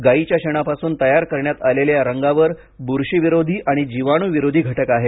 गायीच्या शेणापासून तयार करण्यात आलेल्या या रंगावर बुरशीविरोधी आणि जीवाणूविरोधी घटक आहेत